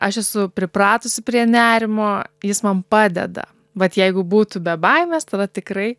aš esu pripratusi prie nerimo jis man padeda vat jeigu būtų be baimės tada tikrai